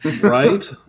Right